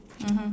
mmhmm